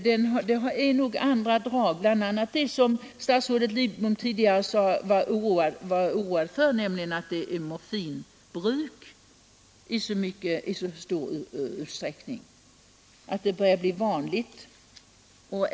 Det finns nog andra drag, bl.a. det som statsrådet Lidbom tidigare sade sig vara oroad för, nämligen att morfinbruk börjar förekomma i så stor utsträckning.